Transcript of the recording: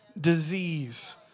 disease